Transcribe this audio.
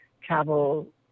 travel